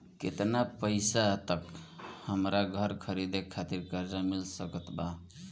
केतना पईसा तक हमरा घर खरीदे खातिर कर्जा मिल सकत बा?